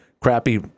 crappy